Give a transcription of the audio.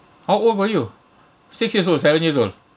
how old were you six years old seven years old